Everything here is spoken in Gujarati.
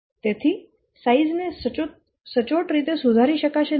તેથી સાઈઝ ને સચોટ રીતે સુધારી શકાશે નહીં